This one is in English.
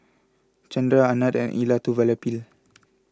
Chandra Anand and Elattuvalapil